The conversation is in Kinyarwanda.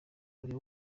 buri